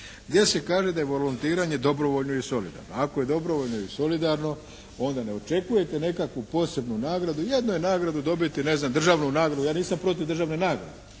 gdje se kaže da je volontiranje dobrovoljno i solidarno. Ako je dobrovoljno i solidarno onda ne očekujete nekakvu posebnu nagradu. Jedno je nagradu dobiti, ne znam državnu nagradu, ja nisam protiv državne nagrade,